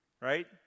Right